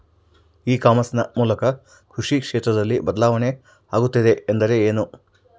E commerce ನ ಮೂಲಕ ಕೃಷಿ ಕ್ಷೇತ್ರದಲ್ಲಿ ಬದಲಾವಣೆ ಆಗುತ್ತಿದೆ ಎಂದರೆ ಏನು?